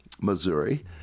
Missouri